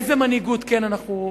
איזה מנהיגות אנחנו כן מגלים?